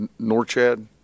Norchad